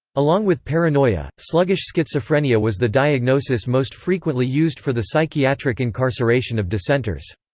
along with paranoia, sluggish schizophrenia was the diagnosis most frequently used for the psychiatric incarceration of dissenters.